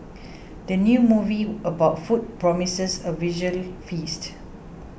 the new movie about food promises a visual feast